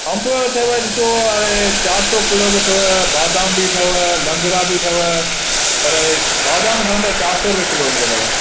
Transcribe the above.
अंब अथव ॾिसो हाणे चार सौ किलो बि अथव बादाम बि अथव लंगड़ा बि अथव पर बादाम खणंदा त चार सौ रुपए किलो मिलंदव